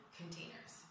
containers